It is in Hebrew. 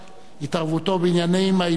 התערבותו בעניין הילדים